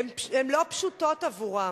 הן לא פשוטות עבורם,